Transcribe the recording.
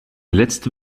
letzte